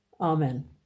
Amen